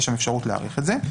יש שם אפשרות להאריך את זה.